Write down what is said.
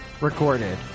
recorded